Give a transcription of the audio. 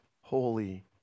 holy